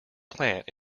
plant